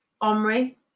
Omri